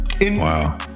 Wow